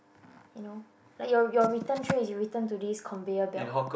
you know like your your return tray is return to this conveyor belt